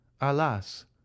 alas